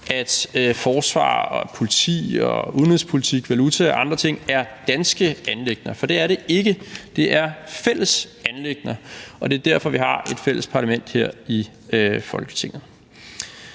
at forsvar og politi og udenrigspolitik, valuta og andre ting er danske anliggender. For det er det ikke. Det er fælles anliggender, og det er derfor, vi har et fælles parlament her i Folketinget.